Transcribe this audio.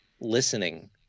listening